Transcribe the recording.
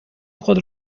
خود